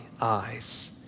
eyes